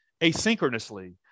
asynchronously